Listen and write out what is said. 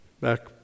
back